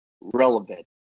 relevant